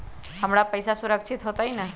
हमर पईसा सुरक्षित होतई न?